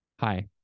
Hi